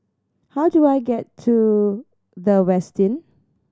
how do I get to The Westin